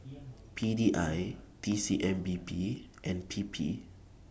P D I T C M B P and P P